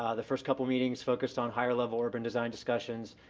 ah the first couple of meetings focused on higher level urban design discussions,